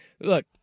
look